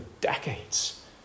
decades